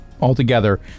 altogether